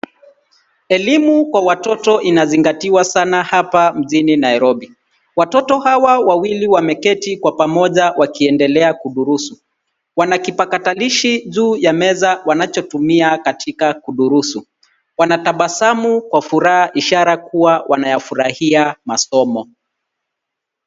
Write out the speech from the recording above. Elimu kwa watoto inazingatiwa sana hapa mjini Nairobi. Watoto hawa wawili wameketi kwa pamoja wakiendelea kudurusu. Wanakipatalishi juu ya meza wanachotumia katika kudurusu. Wanatabasamu kwa furaha ishara kuwa wanayafurahia masomo.